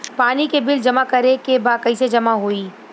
पानी के बिल जमा करे के बा कैसे जमा होई?